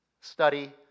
study